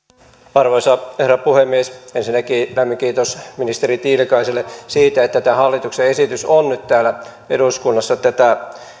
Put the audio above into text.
arvoisa herra puhemies ensinnäkin lämmin kiitos ministeri tiilikaiselle siitä että tämä hallituksen esitys on nyt täällä eduskunnassa tätä